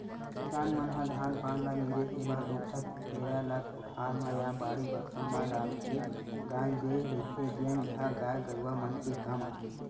किसान मन ह धान पान ल मिंजे के बाद ओखर पेरा ल कोठार म या बाड़ी बखरी म लाके गांज देय रहिथे जेन ह गाय गरूवा मन के काम आथे